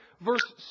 verse